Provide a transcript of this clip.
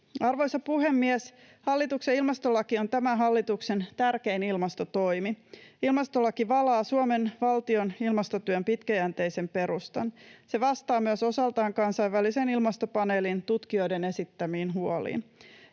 Arvoisa puhemies! Hallituksen ilmastolaki on tämä hallituksen tärkein ilmastotoimi. Ilmastolaki valaa Suomen valtion ilmastotyön pitkäjänteisen perustan. Se vastaa myös osaltaan kansainvälisen ilmastopaneelin tutkijoiden esittämiin huoliin.